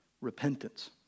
repentance